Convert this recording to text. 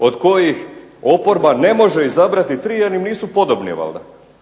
od kojih oporba ne može izabrati 3 jer im nisu podobni valjda,